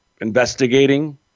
investigating